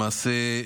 למעשה,